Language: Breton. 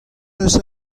eus